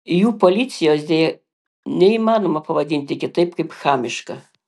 jų policijos deja neįmanoma pavadinti kitaip kaip chamiška